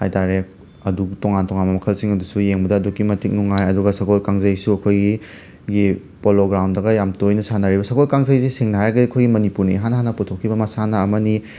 ꯍꯥꯏ ꯇꯥꯔꯦ ꯑꯗꯨ ꯇꯣꯉꯥꯟ ꯇꯣꯉꯥꯟꯕ ꯃꯈꯜꯁꯤꯡ ꯑꯗꯨꯁꯨ ꯌꯦꯡꯕꯗ ꯑꯗꯨꯛꯀꯤ ꯃꯇꯤꯛ ꯅꯨꯡꯉꯥꯏ ꯑꯗꯨꯒ ꯁꯒꯣꯜ ꯀꯥꯡꯖꯩꯁꯨ ꯑꯩꯈꯣꯏꯒꯤ ꯄꯣꯂꯣꯒ꯭ꯔꯥꯎꯟꯗꯒ ꯌꯥꯝ ꯇꯣꯏꯅ ꯁꯥꯟꯅꯔꯤꯕ ꯁꯒꯣꯜ ꯀꯥꯡꯖꯩꯁꯦ ꯁꯦꯡꯅ ꯍꯥꯏꯔꯒ ꯑꯩꯈꯣꯏ ꯃꯅꯤꯄꯨꯔꯅ ꯏꯍꯥꯟ ꯍꯥꯟꯅ ꯄꯨꯊꯣꯛꯈꯤꯕ ꯃꯁꯥꯟꯅ ꯑꯃꯅꯤ